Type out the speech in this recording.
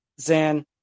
Zan